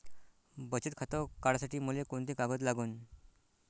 बचत खातं काढासाठी मले कोंते कागद लागन?